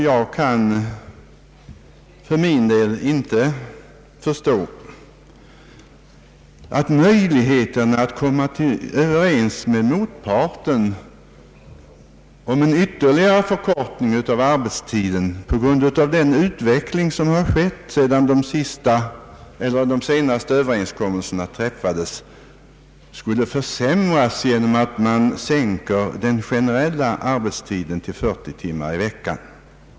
Jag kan för min del inte förstå att möjligheten att komma överens med motparten om en ytterligare förkortning av arbetstiden på grund av den utveckling som skett efter de senaste överenskommelserna skulle försämras genom att man sänker den generella arbetstiden till 40 timmar i veckan.